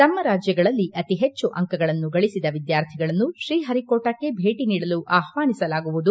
ತಮ್ಮ ರಾಜ್ಜಗಳಲ್ಲಿ ಅತಿ ಹೆಚ್ಚು ಅಂಕಗಳನ್ನು ಗಳಿಸದ ವಿದ್ಯಾರ್ಥಿಗಳನ್ನು ಶ್ರೀಹರಿಕೋಟಾಕ್ಕೆ ಭೇಟ ನೀಡಲು ಆಹ್ವಾನಿಸಲಾಗುವುದು